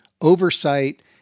oversight